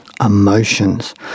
emotions